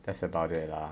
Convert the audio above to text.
that's about it lah